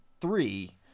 three